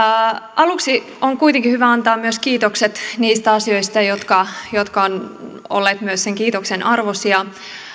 aluksi on kuitenkin hyvä antaa myös kiitokset niistä asioista jotka jotka ovat olleet myös sen kiitoksen arvoisia